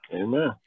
amen